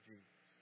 Jesus